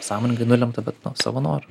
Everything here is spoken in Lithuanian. sąmoningai nulemta bet nu savo noru